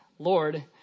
Lord